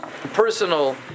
personal